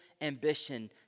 ambition